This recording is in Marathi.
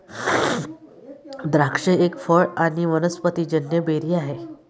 द्राक्ष एक फळ आणी वनस्पतिजन्य बेरी आहे